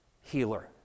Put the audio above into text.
healer